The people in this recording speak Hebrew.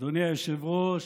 אדוני היושב-ראש,